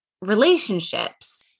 relationships